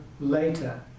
later